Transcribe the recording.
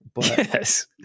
Yes